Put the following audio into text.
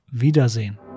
Wiedersehen